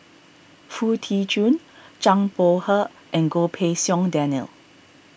Foo Tee Jun Zhang Bohe and Goh Pei Siong Daniel